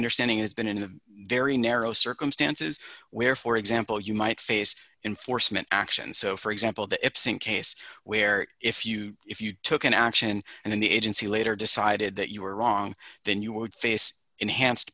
understanding is been in a very narrow circumstances where for example you might face enforcement action so for example the same case where if you if you took an action and then the agency later decided that you were wrong then you would face enhanced